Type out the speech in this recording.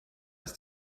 ist